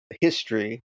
history